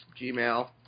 Gmail